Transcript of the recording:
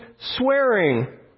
swearing